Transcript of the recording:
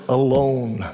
alone